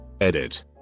Edit